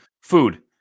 Food